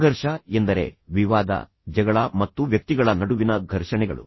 ಸಂಘರ್ಷ ಎಂದರೆ ವಿವಾದ ಜಗಳ ಮತ್ತು ವ್ಯಕ್ತಿಗಳ ನಡುವಿನ ಘರ್ಷಣೆಗಳು